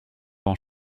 dans